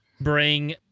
bring